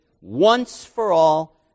once-for-all